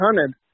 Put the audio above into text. hunted